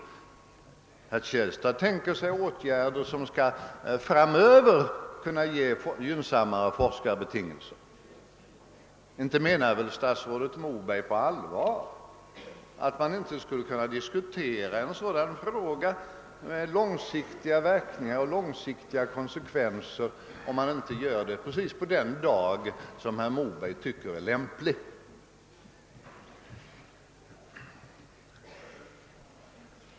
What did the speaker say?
Herr Kälistad tänker sig åtgärder som framöver skall kunna ge gynnsammare forskarbetingelser. Inte menar väl statsrådet Moberg på allvar att man inte skulle kunna diskutera en fråga med långsiktiga konsekvenser om man inte gör det på precis den dag som herr Moberg tycker är lämplig?